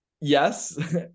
Yes